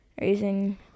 raising